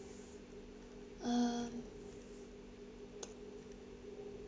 um